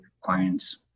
clients